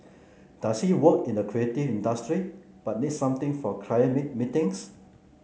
does he work in a creative industry but needs something for client meetings